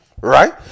Right